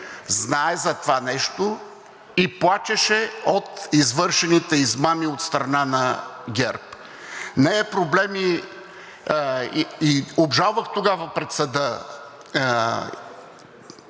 знае за това нещо и плачеше от извършените измами от страна на ГЕРБ. И тогава обжалвах пред съда